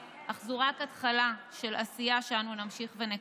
אך זו רק התחלה של עשייה שאנו נמשיך ונקדם.